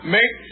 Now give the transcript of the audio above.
Make